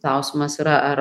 klausimas yra ar